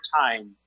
time